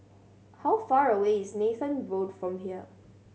how far away is Nathan Road from here